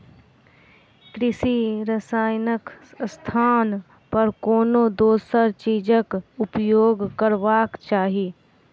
कृषि रसायनक स्थान पर कोनो दोसर चीजक उपयोग करबाक चाही